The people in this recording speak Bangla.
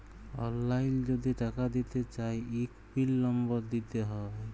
অললাইল যদি টাকা দিতে চায় ইক পিল লম্বর দিতে হ্যয়